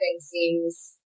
seems